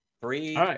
Three